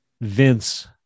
Vince